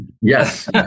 Yes